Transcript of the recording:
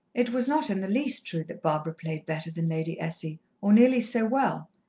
it was not in the least true that barbara played better than lady essie, or nearly so well,